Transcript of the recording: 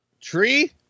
tree